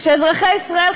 כשאזרחי ישראל,